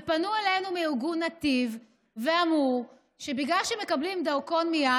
פנו אלינו מארגון נתיב ואמרו שבגלל שמקבלים דרכון מייד,